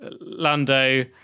lando